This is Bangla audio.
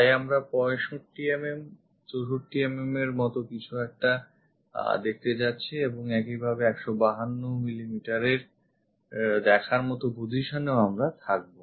তাই আমরা 65 mm 64mm এর মতো কিছু একটা দেখতে যাচ্ছি এবং একইভাবে 152mm দেখার মতো position এ ও আমরা থাকবো